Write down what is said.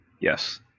Yes